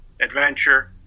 adventure